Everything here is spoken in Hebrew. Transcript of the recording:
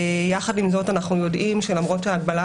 יחד עם זאת אנחנו יודעים שלמרות שההגבלה